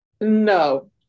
no